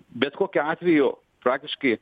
bet kokiu atveju praktiškai